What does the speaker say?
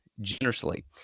generously